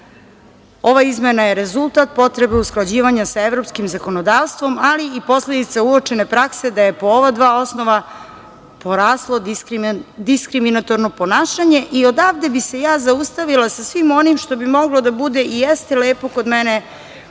Ova izmena je rezultat potrebe usklađivanja sa evropskim zakonodavstvom, ali i posledica uočene prakse da je po ova dva osnova poraslo diskriminatorno ponašanje. Odavde bi se ja zaustavila sa svim onim što bi moglo da bude i jeste lepo kod mene